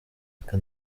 reka